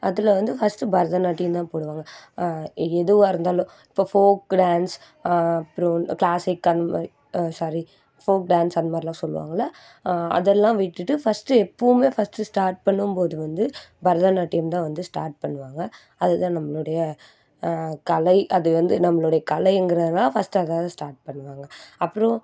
அதில் வந்து ஃபஸ்ட்டு பரதநாட்டியம் தான் போடுவாங்க எதுவாக இருந்தாலும் இப்போ ஃபோக் டான்ஸ் அப்பறம் க்ளாசிக் அந்தமாதிரி சாரி ஃபோக் டான்ஸ் அந்த மாதிரிலாம் சொல்லுவாங்கள்ல அதெல்லாம் விட்டுட்டு ஃபஸ்ட்டு எப்போவுமே ஃபஸ்ட்டு ஸ்டாட் பண்ணும்போது வந்து பரதநாட்டியம்தான் வந்து ஸ்டாட் பண்ணுவாங்க அதுதான் நம்மளோடய கலை அது வந்து நம்மளோட கலைங்கிறதுனால ஃபஸ்ட்டு அதால ஸ்டாட் பண்ணுவாங்க அப்புறம்